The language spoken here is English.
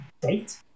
date